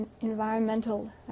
environmental